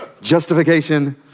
justification